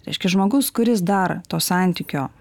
reiškia žmogus kuris dar to santykio